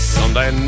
Someday